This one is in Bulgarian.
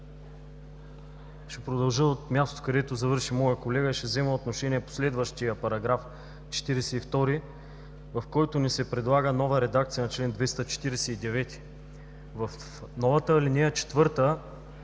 ще продължа от мястото, където завърши моят колега, ще взема отношение по следващия § 42, в който ни се предлага нова редакция на чл. 249. Ние не